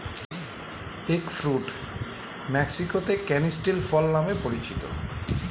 egg fruit মেক্সিকোতে canistel ফল নামে পরিচিত